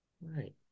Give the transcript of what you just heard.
right